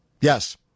Yes